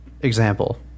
example